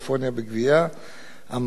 המערכת אמורה לפעול לקראת